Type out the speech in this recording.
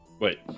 Wait